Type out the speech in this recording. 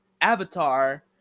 avatar